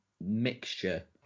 mixture